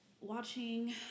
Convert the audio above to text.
watching